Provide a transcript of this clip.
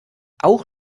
auch